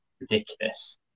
ridiculous